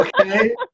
Okay